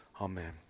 Amen